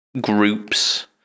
groups